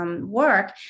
work